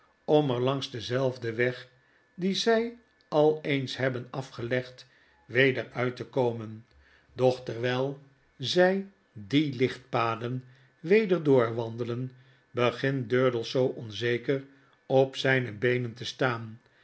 om er langs denzelfden weg dien zij al eens hebben afgelegd weder uit te komen doch terwijl zij die lichtpaden weder doorwandelen begint durdels zoo onzeker op zijne beenente staan